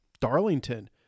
Darlington